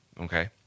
okay